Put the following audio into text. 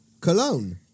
Cologne